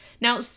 Now